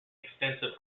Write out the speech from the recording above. extensive